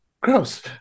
Gross